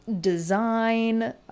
design